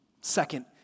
Second